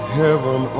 heaven